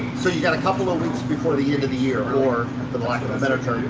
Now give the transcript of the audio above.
so you've got a couple of weeks before the end of the year or the lack of a better term,